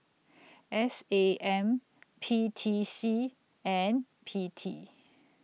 S A M P T C and P T